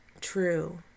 true